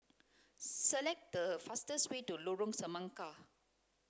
select the fastest way to Lorong Semangka